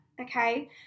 okay